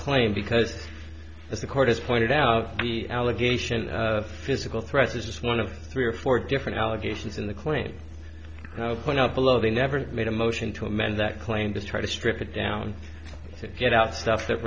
claim because if a court is pointed out the allegation of physical threats is one of three or four different allegations in the claim point out below they never made a motion to amend that claim to try to strip it down to get out stuff that